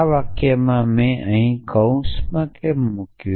આ વાક્યમાં મેં અહી કૌંસ કેમ મૂક્યું